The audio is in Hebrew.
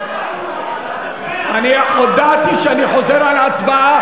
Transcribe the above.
אני הודעתי שאני חוזר על ההצבעה.